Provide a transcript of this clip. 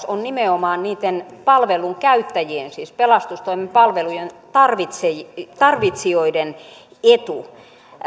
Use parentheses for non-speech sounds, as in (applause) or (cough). (unintelligible) on nimenomaan palvelujen käyttäjien siis pelastustoimen palvelujen tarvitsijoiden etu